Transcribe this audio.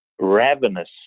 ravenous